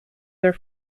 their